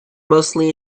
mostly